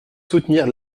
soutenir